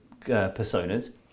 personas